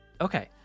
Okay